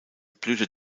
blühte